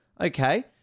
okay